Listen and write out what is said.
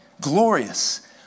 glorious